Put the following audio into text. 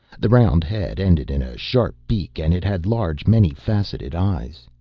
the round head ended in a sharp beak and it had large, many-faceted eyes.